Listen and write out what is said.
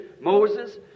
Moses